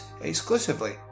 exclusively